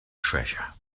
treasure